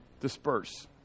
disperse